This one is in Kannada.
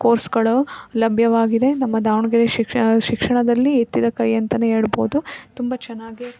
ಕೋರ್ಸ್ಗಳು ಲಭ್ಯವಾಗಿದೆ ನಮ್ಮ ದಾವಣಗೆರೆ ಶಿಕ್ಷ ಶಿಕ್ಷಣದಲ್ಲಿ ಎತ್ತಿದ ಕೈ ಅಂತಲೇ ಹೇಳ್ಬೋದು ತುಂಬ ಚೆನ್ನಾಗಿ